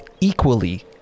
equally